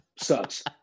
Sucks